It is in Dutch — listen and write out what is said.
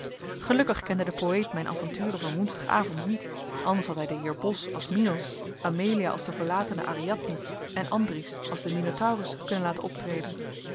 gelukkig kende de poëet mijn avonturen van woensdag avond niet anders had hij den heer bos als minos amelia als de verlatene ariadne en andries als den minotaurus kunnen laten optreden